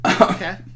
Okay